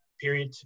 period